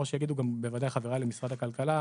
כמו שיגידו גם בוודאי חבריי למשרד הכלכלה,